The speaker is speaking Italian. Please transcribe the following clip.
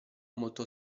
molto